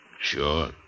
Sure